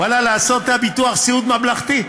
ואללה, לעשות את ביטוח סיעוד ממלכתי.